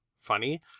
funny